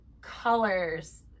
colors